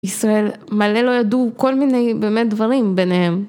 ישראל מלא לא ידעו כל מיני באמת דברים ביניהם.